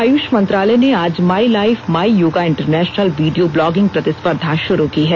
आयुष मंत्रालय ने आज my life my yoga international video blogging प्रतिस्पर्धा शुरू की है